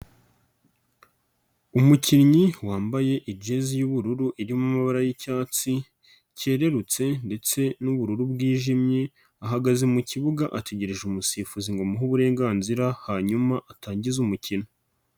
Umukinnyi wambaye ijezi y'ubururu irimo mabara y'icyatsi kerurutse ndetse n',ubururu bwijimye ahagaze mu kibuga ategereje umusifuzi ngo amuhe uburenganzira hanyuma atangize umukino.